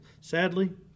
sadly